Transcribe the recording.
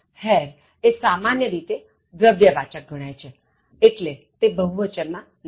Hair એ સામાન્ય રીતે દ્રવ્યવાચક ગણાય છેએટલે તે બહુવચન માં નથી